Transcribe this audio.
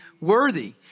worthy